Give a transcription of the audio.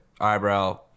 eyebrow